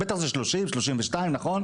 בטח זה 30-32, נכון?